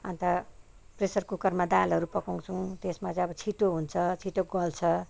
अन्त प्रेसर कुकरमा दालहरू पकाउँछौँ त्यसमा चाहिँ अब छिटो हुन्छ छिटो गल्छ